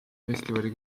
festivali